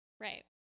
Right